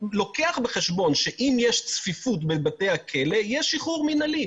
גם לוקח בחשבון שאם יש צפיפות בבתי הכלא יהיה שחרור מינהלי.